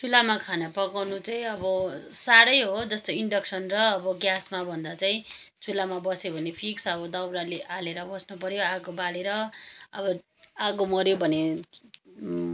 चुलामा खाना पकाउनु चाहिँ अब साह्रै हो जस्तै इन्डक्सन र अब ग्यासमा भन्दा चाहिँ चुलामा बस्यो भने फिक्स अब दाउराले हालेर बस्नुपर्यो आगो बालेर अब आगो मर्यो भने